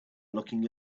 looking